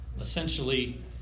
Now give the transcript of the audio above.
Essentially